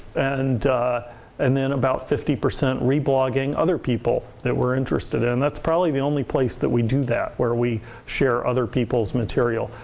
and and then about fifty percent reblogging other people. that we're interested in. that's probably the only place that we do that. where we share other people's material.